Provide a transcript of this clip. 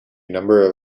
number